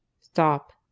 STOP